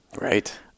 Right